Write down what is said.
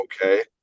okay